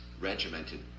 regimented